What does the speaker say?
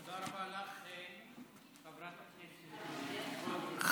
תודה רבה לך, חברת הכנסת וולדיגר.